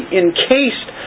encased